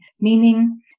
meaning